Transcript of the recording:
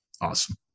Awesome